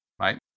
right